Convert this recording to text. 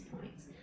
points